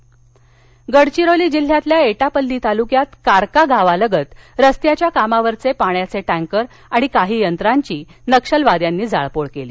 गडचिरोली गडचिरोली जिल्ह्यातल्या एटापल्ली तालुक्यात कारका गावालगत रस्त्याच्या कामावरचे पाण्याचे टँकर आणि काही यंत्रांची नक्षलवाद्यांनी जाळपोळ केली